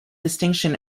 distinction